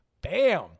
Bam